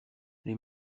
les